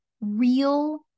real